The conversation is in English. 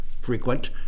frequent